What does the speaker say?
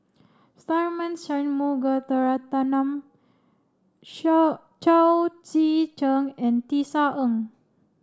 Tharman Shanmugaratnam Shao Chao Tzee Cheng and Tisa Ng